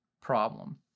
problem